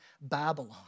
Babylon